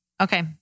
Okay